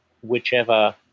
whichever